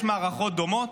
יש מערכות דומות.